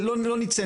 מעט מאוד חוקרים.